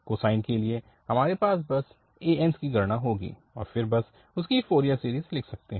cosine के लिए हमारे पास बस ans की गणना होगी और फिर हम इसकी फ़ोरियर सीरीज़ लिख सकते हैं